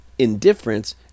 indifference